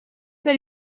per